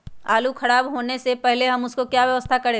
आलू खराब होने से पहले हम उसको क्या व्यवस्था करें?